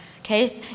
Okay